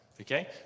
okay